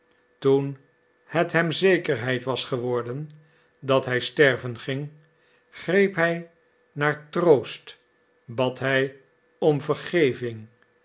toen het hem zekerheid was geworden dat hij sterven ging greep hij naar troost bad hij om vergeving